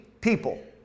people